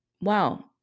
Wow